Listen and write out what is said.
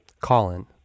colin